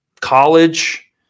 college